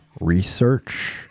research